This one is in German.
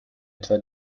etwa